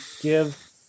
give